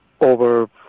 over